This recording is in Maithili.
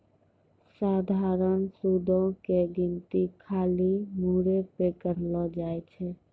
सधारण सूदो के गिनती खाली मूरे पे करलो जाय छै